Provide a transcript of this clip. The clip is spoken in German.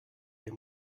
ihr